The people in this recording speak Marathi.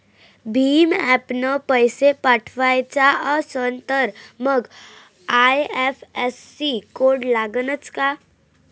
भीम ॲपनं पैसे पाठवायचा असन तर मंग आय.एफ.एस.सी कोड लागनच काय?